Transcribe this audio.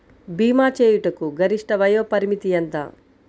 భీమా చేయుటకు గరిష్ట వయోపరిమితి ఎంత?